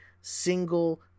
single